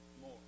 more